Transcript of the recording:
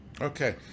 Okay